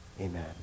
Amen